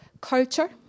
culture